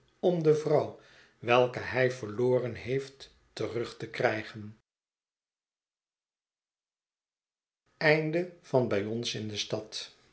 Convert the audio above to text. om de vrouw welke hij verloren heeft terug te krijgen